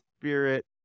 spirit